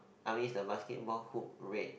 I mean is the basketball hoop red